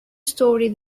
story